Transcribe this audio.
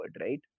right